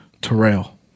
Terrell